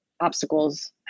obstacles